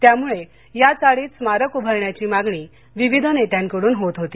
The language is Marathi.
त्यामुळं या चाळीत स्मारक उभारण्याची मागणी विविध नेत्यांकडून होत होती